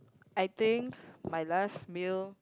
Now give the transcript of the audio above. I think my last meal